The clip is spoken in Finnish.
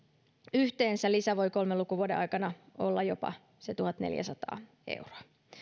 yhteensä lisä voi kolmen lukuvuoden aikana olla jopa se tuhatneljäsataa euroa